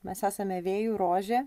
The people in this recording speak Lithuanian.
mes esame vėjų rožė